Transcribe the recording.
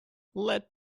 let